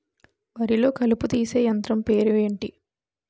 వరి లొ కలుపు తీసే యంత్రం పేరు ఎంటి?